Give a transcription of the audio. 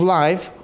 life